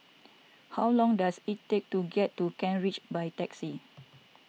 how long does it take to get to Kent Ridge by taxi